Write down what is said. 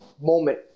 moment